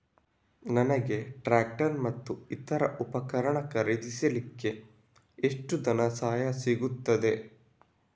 ನನಗೆ ಟ್ರ್ಯಾಕ್ಟರ್ ಮತ್ತು ಇತರ ಉಪಕರಣ ಖರೀದಿಸಲಿಕ್ಕೆ ಎಷ್ಟು ಧನಸಹಾಯ ಸಿಗುತ್ತದೆ?